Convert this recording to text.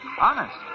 Honest